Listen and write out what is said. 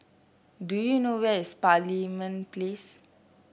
do you know where is Parliament Place